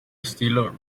estilo